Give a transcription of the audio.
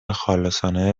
خالصانه